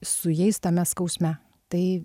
su jais tame skausme tai